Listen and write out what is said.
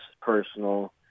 personal